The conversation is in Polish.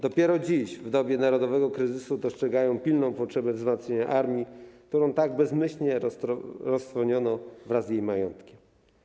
Dopiero dziś, w dobie narodowego kryzysu, dostrzegają pilną potrzebę wzmacniania armii, którą tak bezmyślnie roztrwoniono wraz z jej majątkiem.